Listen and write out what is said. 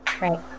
Right